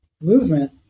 movement